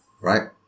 right